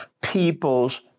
people's